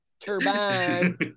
turbine